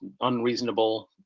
unreasonable